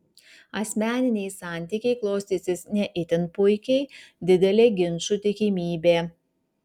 asmeniniai santykiai klostysis ne itin puikiai didelė ginčų tikimybė